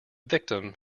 victim